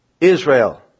Israel